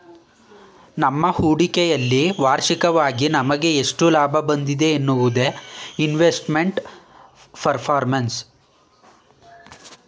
ನಮ್ಮ ಹೂಡಿಕೆಯಲ್ಲಿ ವಾರ್ಷಿಕವಾಗಿ ನಮಗೆ ಎಷ್ಟು ಲಾಭ ಬಂದಿದೆ ಎನ್ನುವುದೇ ಇನ್ವೆಸ್ಟ್ಮೆಂಟ್ ಪರ್ಫಾರ್ಮೆನ್ಸ್